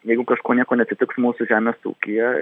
jeigu kažko nieko neatsitiks mūsų žemės ūkyje